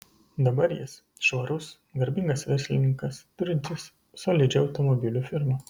dabar jis švarus garbingas verslininkas turintis solidžią automobilių firmą